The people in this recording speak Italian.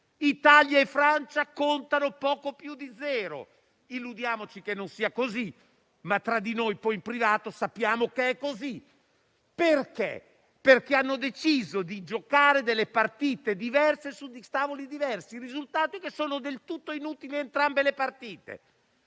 Italia e Francia contano poco più di zero. Illudiamoci che non sia così, ma tra di noi poi, in privato, sappiamo che è così. Ed è così perché hanno deciso di giocare delle partite diverse su tavoli diversi. Il risultato è che entrambe le partite